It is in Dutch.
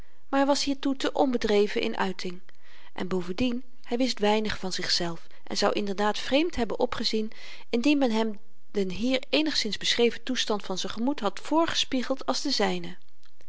hy was hiertoe te onbedreven in uiting en bovendien hy wist weinig van zichzelf en zou inderdaad vreemd hebben opgezien indien men hem den hier eenigszins beschreven toestand van z'n gemoed had voorgespiegeld als de zyne